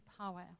power